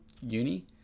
uni